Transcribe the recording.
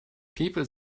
people